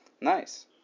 Nice